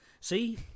See